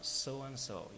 so-and-so